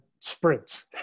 sprints